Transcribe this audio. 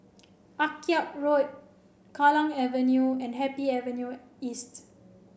Akyab Road Kallang Avenue and Happy Avenue East